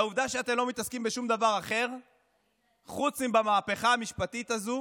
לעובדה שאתם לא מתעסקים בשום דבר אחר חוץ במהפכה המשפטית הזו